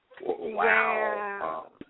Wow